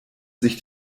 sich